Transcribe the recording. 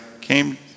came